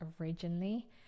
originally